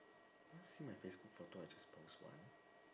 want see my facebook photo I just post one